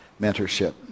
mentorship